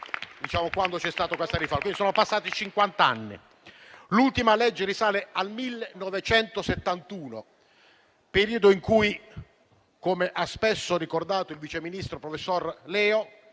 Sono passati cinquanta anni. L'ultima legge risale al 1971, periodo in cui - come ha spesso ricordato il vice ministro professor Leo